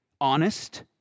honest